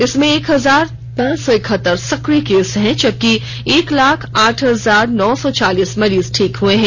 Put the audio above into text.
इसमें एक हजार पांच सौ एकहत्तर सक्रिय केस हैं जबकि एक लाख आठ हजार नौ सौ चालीस मरीज ठीक हुए हैं